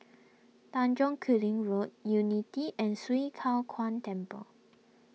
Tanjong Kling Road Unity and Swee Kow Kuan Temple